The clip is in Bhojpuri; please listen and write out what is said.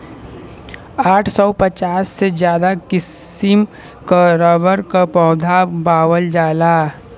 आठ सौ पचास से ज्यादा किसिम क रबर क पौधा पावल जाला